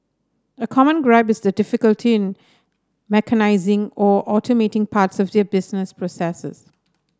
a common gripe is the difficulty in mechanising or automating parts of their business processes